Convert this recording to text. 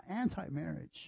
anti-marriage